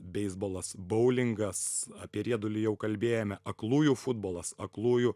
beisbolas boulingas apie riedulį jau kalbėjome aklųjų futbolas aklųjų